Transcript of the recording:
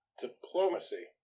diplomacy